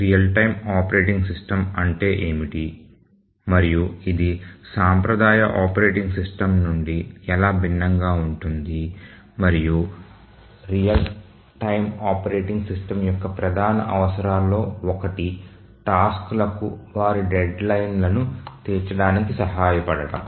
real time operating system అంటే ఏమిటి మరియు ఇది సాంప్రదాయ ఆపరేటింగ్ సిస్టమ్ నుండి ఎలా భిన్నంగా ఉంటుంది మరియు రియల్ టైమ్ ఆపరేటింగ్ సిస్టమ్ యొక్క ప్రధాన అవసరాలలో ఒకటి టాస్క్ లకు వారి డెడ్లైన్లను తీర్చడానికి సహాయపడటం